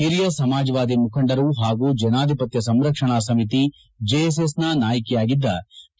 ಹಿರಿಯ ಸಮಾಜವಾದಿ ಮುಖಂಡರು ಹಾಗೂ ಜನಾಧಿಪತ್ತ ಸಂರಕ್ಷಣಾ ಸಮಿತಿ ಜೆಎಸ್ಎಸ್ನ ನಾಯಕಿಯಾಗಿದ್ದ ಕೆ